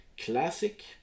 classic